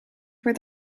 where